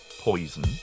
poison